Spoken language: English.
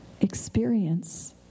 experience